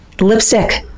Lipstick